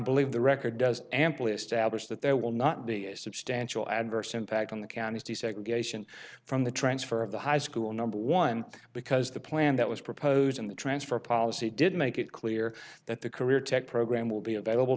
believe the record does ample establish that there will not be a substantial adverse impact on the county's desegregation from the transfer of the high school number one because the plan that was proposed in the transfer policy did make it clear that the career tech program will be available